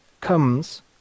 comes